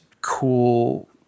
cool